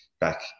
back